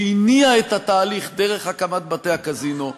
שהניעה את התהליך דרך הקמת בתי-הקזינו,